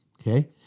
Okay